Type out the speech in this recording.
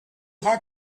had